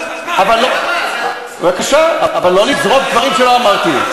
אז, אבל לא, בבקשה, אבל לא לזרוק דברים שלא אמרתי.